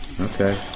Okay